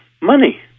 Money